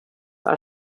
are